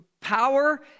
power